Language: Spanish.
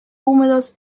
húmedos